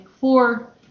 four